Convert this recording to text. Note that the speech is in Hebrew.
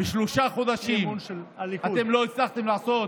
בשלושה חודשים אתם לא הצלחתם לעשות